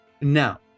Now